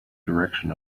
direction